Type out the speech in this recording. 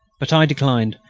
but i declined,